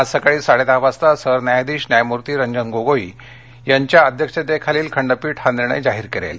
आज सकाळी साडेदहा वाजता सरन्यायाधीश न्यायमूर्ती रंजन गोगोई यांच्या अध्यक्षतेखालील खंडपीठ हा निर्णय जाहीर करेल